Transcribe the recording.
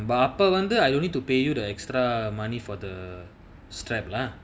va~ அப்ப வந்து:appa vanthu I don't need to pay you the extra money for the strap lah